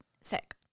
sick